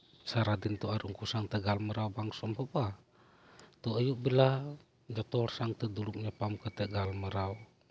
ᱥᱟᱨᱟ ᱫᱤᱱ ᱛᱚ ᱟᱨ ᱩᱱᱠᱩ ᱥᱟᱶᱛᱮ ᱜᱟᱞᱢᱟᱨᱟᱣ ᱵᱟᱝ ᱥᱚᱢᱵᱷᱚᱵᱼᱟ ᱛᱳ ᱟᱹᱭᱩᱵ ᱵᱮᱲᱟ ᱡᱷᱚᱛᱚ ᱦᱚᱲ ᱥᱟᱶᱛᱮ ᱫᱩᱲᱩᱵ ᱧᱟᱯᱟᱢ ᱠᱟᱛᱮᱫ ᱜᱟᱞᱢᱟᱨᱟᱣ